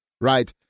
right